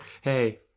hey